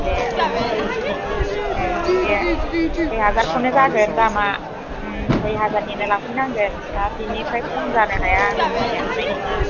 दे लांफै दे सइ हाजारखौनो जागोन दामआ सइ हाजारनिनो लांफैनांगोन आरो बेनिफ्राय खम जानो हाया खमायनो हानाय नङा